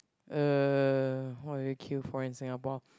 uh what do you queue for in Singapore